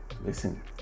listen